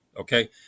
Okay